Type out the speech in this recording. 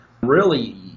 really-